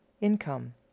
income